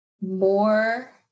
more